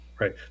Right